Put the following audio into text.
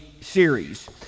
series